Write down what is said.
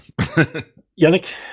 Yannick